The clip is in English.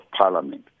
Parliament